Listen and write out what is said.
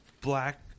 black